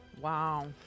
Wow